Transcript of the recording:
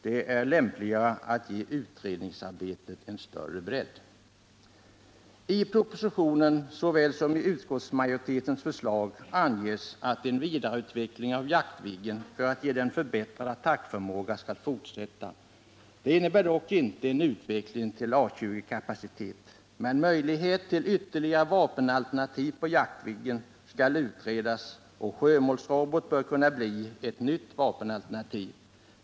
Det är lämpligare att ge utredningsarbetet en större bredd. I propositionen såväl som i utskottsmajoritetens förslag anges att en vidareutveckling av Jaktviggen för att ge den en förbättrad attackförmåga skall fortsätta. Det innebär dock inte en utveckling till A 20-kapacitet. Men möjligheterna till ytterligare vapenalternativ på Jaktviggen skall utredas; sjömålsrobot bör kunna bli ett nytt sådant.